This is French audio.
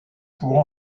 pour